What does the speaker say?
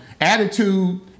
attitude